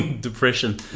depression